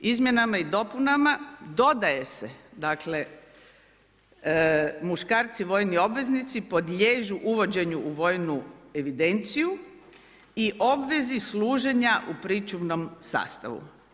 Izmjenama i dopunama, dodaje se, dakle, muškarci, vojni obveznici, podliježu uvođenju u vojnu evidenciju i obvezi služenja u pričuvnom sastavu.